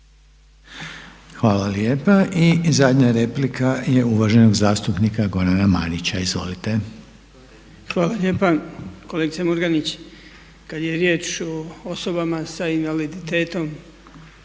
Hvala lijepa. I zadnja replika je uvaženog zastupnika Gorana Marića. Izvolite. **Marić, Goran (HDZ)** Hvala lijepa. Kolegice Murganić, kad je riječ o osobama sa invaliditetom